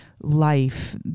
life